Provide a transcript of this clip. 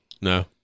No